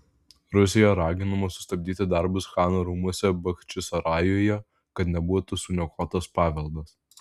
rusija raginama sustabdyti darbus chano rūmuose bachčisarajuje kad nebūtų suniokotas paveldas